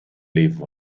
live